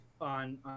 on